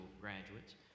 graduates